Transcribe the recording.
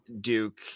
Duke